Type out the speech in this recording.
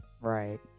Right